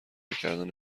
کردن